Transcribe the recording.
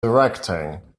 directing